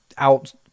out